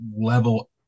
level